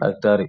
Daktari